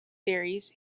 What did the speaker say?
series